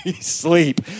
sleep